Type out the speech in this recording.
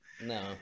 No